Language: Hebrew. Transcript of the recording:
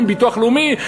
עם ביטוח לאומי,